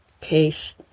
case